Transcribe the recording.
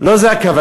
לא זה הכוונה.